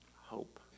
hope